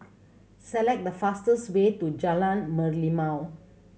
select the fastest way to Jalan Merlimau